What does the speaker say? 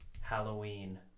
Halloween